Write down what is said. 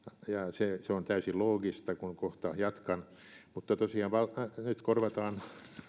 se se on täysin loogista kun kohta jatkan tosiaan nyt korvataan